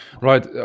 right